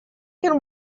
can